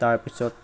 তাৰপিছত